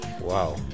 Wow